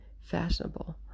Fashionable